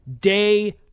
day